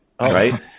right